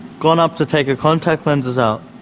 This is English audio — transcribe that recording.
gone up to take her contact lenses out.